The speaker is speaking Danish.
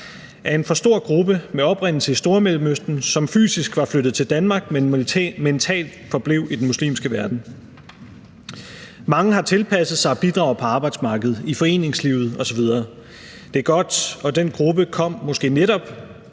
af en for stor gruppe med oprindelse i Stormellemøsten, som fysisk var flyttet til Danmark, men mentalt forblev i den muslimske verden. Mange har tilpasset sig og bidrager på arbejdsmarkedet, i foreningslivet osv. Det er godt, og den gruppe kom måske, netop